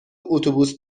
اتوبوس